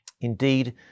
Indeed